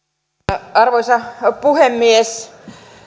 arvoisa puhemies